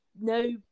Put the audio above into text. no